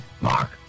Mark